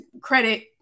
credit